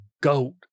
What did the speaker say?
goat